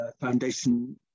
foundation